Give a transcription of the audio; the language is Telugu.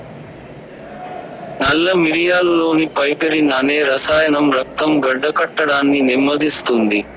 నల్ల మిరియాలులోని పైపెరిన్ అనే రసాయనం రక్తం గడ్డకట్టడాన్ని నెమ్మదిస్తుంది